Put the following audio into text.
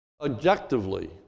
objectively